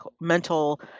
mental